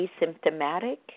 asymptomatic